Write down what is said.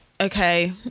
okay